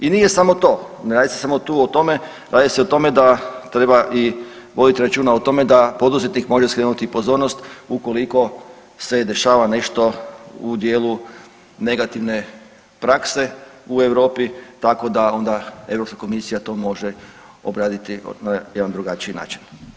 I nije samo to, ne radi se samo tu o tome, radi se o tome da treba i vodit računa o tome da poduzetnik može skrenuti pozornost ukoliko se dešava nešto u dijelu negativne prakse u Europi, tako da onda Europska komisija to može obraditi na jedan drugačiji način.